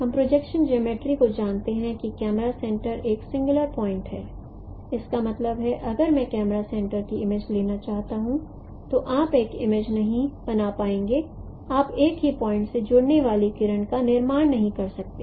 हम projection geometry को जानते हैं कि कैमरा सेंटर एक सिंगुलर पॉइंट् है इसका मतलब है अगर मैं कैमरा सेंटर की इमेज लेना चाहूंगा तो आप एक इमेज नहीं बना पाएंगे आप एक ही पॉइंट् से जुड़ने वाली किरण का निर्माण नहीं कर सकते